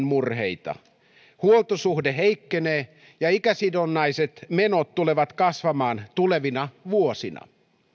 murheet huoltosuhde heikkenee ja ikäsidonnaiset menot tulevat kasvamaan tulevina vuosina